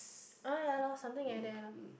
uh ya lah something like that lah